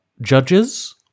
judges